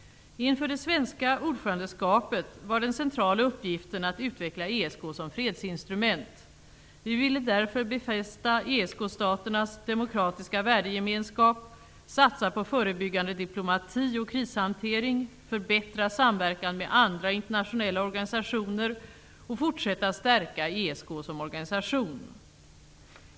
Inför det svenska ordförandeskapet var den centrala uppgiften att utveckla ESK som fredsinstrument. Vi ville därför befästa ESK staternas demokratiska värdegemenskap, satsa på förebyggande diplomati och krishantering, förbättra samverkan med andra internationella organisationer och fortsätta stärka ESK som organisation.